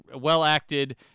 well-acted